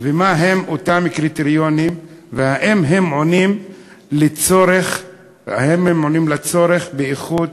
מה הם אותם קריטריונים והאם הם עונים על הצורך באיכות,